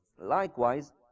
Likewise